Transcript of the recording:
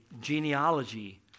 genealogy